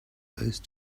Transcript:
those